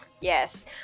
Yes